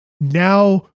now